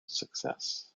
success